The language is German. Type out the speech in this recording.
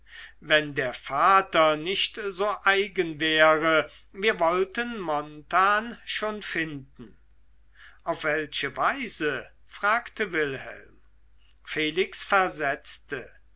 wenn der vater nicht so eigen wäre wir wollten montan schon finden auf welche weise fragte wilhelm felix versetzte